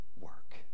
work